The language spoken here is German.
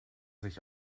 sich